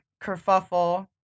kerfuffle